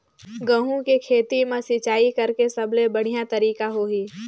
गंहू के खेती मां सिंचाई करेके सबले बढ़िया तरीका होही?